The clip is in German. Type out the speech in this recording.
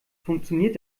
funktioniert